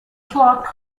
clarke